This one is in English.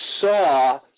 saw